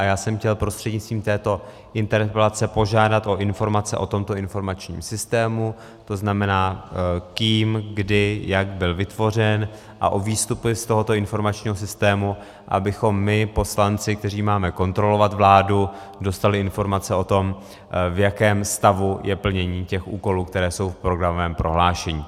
Já jsem chtěl prostřednictvím této interpelace požádat o informace o tomto informačním systému, to znamená, kým, kdy, jak byl vytvořen, a o výstupy z tohoto informačního systému, abychom my poslanci, kteří máme kontrolovat vládu, dostali informace o tom, v jakém stavu je plnění těch úkolů, které jsou v programovém prohlášení.